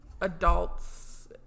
adults